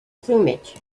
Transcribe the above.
plumage